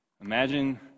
Imagine